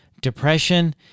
depression